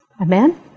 Amen